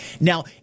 Now